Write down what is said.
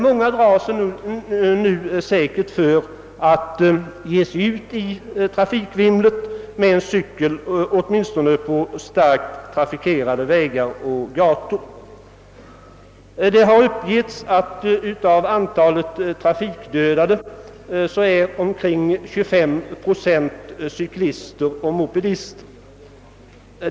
Många drar sig för närvarande säkerligen för att ge sig ut i trafikvimlet med en cykel, åtminstone på starkt trafikerade vägar och gator. Det har uppgivits att av antalet trafikdödade är omkring 25 procent cyklister och mopedister.